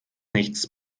nichts